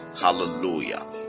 hallelujah